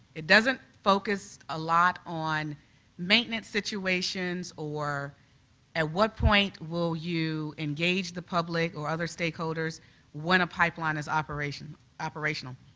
it doesn't focus a lot on maintenance situations or at what point will you engage the public or other stakeholders when a pipeline is operational?